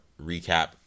recap